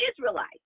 Israelites